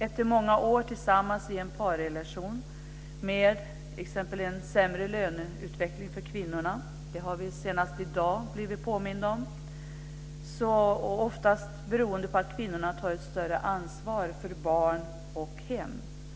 Efter många år tillsammans i en parrelation med t.ex. en sämre löneutveckling för kvinnorna - vilket vi senast i dag har blivit påminda om, oftast beroende på att kvinnorna tar ett större ansvar för barn och hem